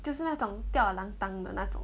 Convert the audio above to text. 就是那种吊儿郎当的那种